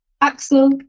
Axel